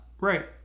Right